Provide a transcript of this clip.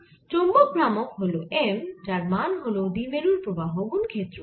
চৌম্বক ভ্রামক হল mযার মান হল দ্বিমেরুর প্রবাহ গুন ক্ষেত্রফল